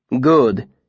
Good